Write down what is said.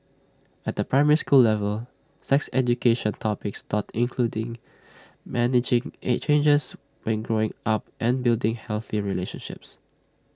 at the primary school level sex education topics taught including managing at changes when growing up and building healthy relationships